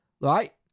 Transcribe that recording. right